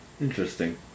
Interesting